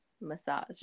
massage